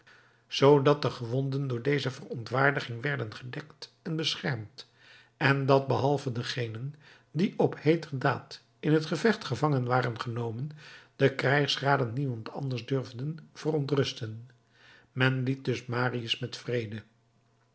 zoodat de gewonden door deze verontwaardiging werden gedekt en beschermd en dat behalve degenen die op heeter daad in het gevecht gevangen waren genomen de krijgsraden niemand anders durfden verontrusten men liet dus marius met vrede